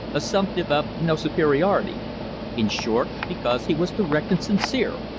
assumptive of no superiority in short, because he was direct and sincere,